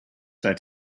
that